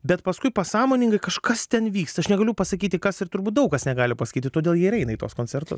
bet paskui pasąmoningai kažkas ten vyksta aš negaliu pasakyti kas ir turbūt daug kas negali pasakyti todėl jie ir eina į tuos koncertus